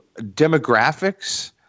demographics